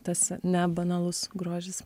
tas ne banalus grožis